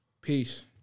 Peace